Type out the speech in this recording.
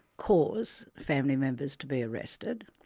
cause family members to be arrested,